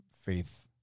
faith